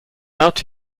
out